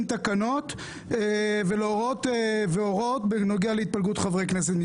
תקנות והוראות בנוגע להתפלגות חברי כנסת.